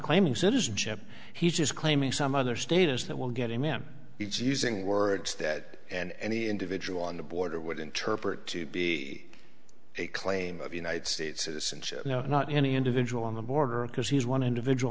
claiming citizenship he's just claiming some other status that will get him in it's using words that and any individual on the border would interpret to be a claim of united states citizenship not any individual on the border because he's one individual